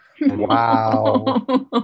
Wow